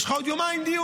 יש לך עוד יומיים דיון,